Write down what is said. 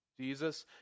Jesus